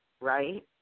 right